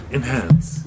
Enhance